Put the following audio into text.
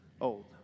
old